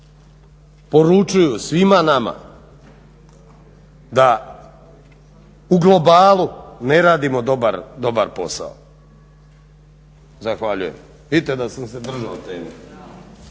poručuju svima nama da u globalu ne radimo dobar posao. Zahvaljujem. Vidite da sam se držao teme.